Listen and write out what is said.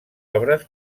obres